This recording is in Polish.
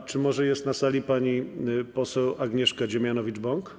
A czy może jest na sali pani poseł Agnieszka Dziemianowicz-Bąk?